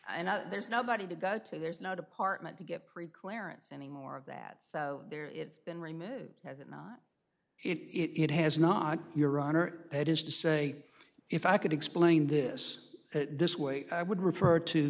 and there's nobody to go to there's no department to get preclearance anymore of that so there it's been removed has it not it has not your honor it is to say if i could explain this this way i would refer to